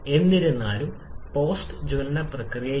അതിനാൽ ഈ വരി വ്യതിചലിച്ചേക്കാം കുറച്ച്